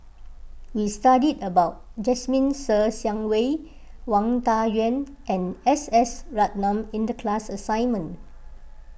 we studied about Jasmine Ser Xiang Wei Wang Dayuan and S S Ratnam in the class assignment